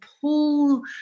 pull